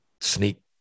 sneak